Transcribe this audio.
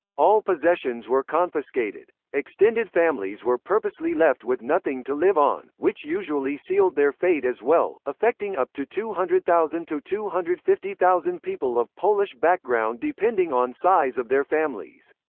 all possessions were confiscated. extended families were purposely left with nothing to live on, which usually sealed their fate as well, affecting up to two hundred thousand two two hundred and fifty thousand people of polish background depending on size of their families.